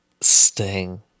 Sting